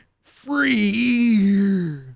free